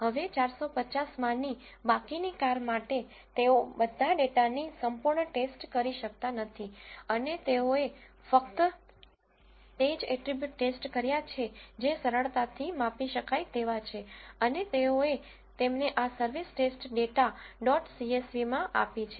હવે 450 માંની બાકીની કાર માટે તેઓ બધા ડેટાની સંપૂર્ણ ટેસ્ટ કરી શકતા નથી અને તેઓએ ફક્ત તે જ એટ્રીબ્યુટ ટેસ્ટ કર્યા છે જે સરળતાથી માપી શકાય તેવા છે અને તેઓએ તેમને આ સર્વિસ ટેસ્ટ ડેટા ડોટ સીએસવીમાં આપી છે